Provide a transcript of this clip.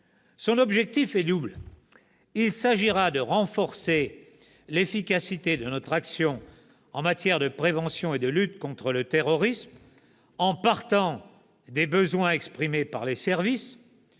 Son objectif est double : il s'agira de renforcer l'efficacité de notre action en matière de prévention et de lutte contre le terrorisme, en partant des besoins exprimés par les services,